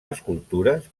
escultures